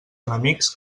enemics